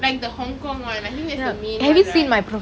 like the hong kong [one] I think that's the main [one] right